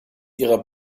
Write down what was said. ihrer